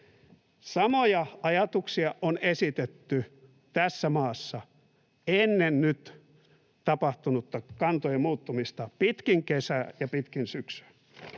Samoja ajatuksia on esitetty tässä maassa ennen nyt tapahtunutta kantojen muuttumista pitkin kesää ja pitkin syksyä.